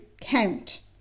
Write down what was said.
count